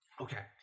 Okay